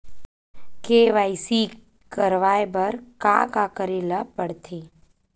KYC करवाय बर का का करे ल पड़थे?